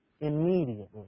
immediately